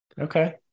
okay